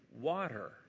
water